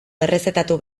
errezetatu